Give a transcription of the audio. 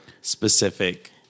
specific